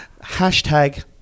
Hashtag